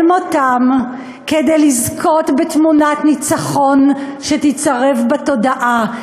מותם כדי לזכות בתמונת ניצחון שתיצרב בתודעה.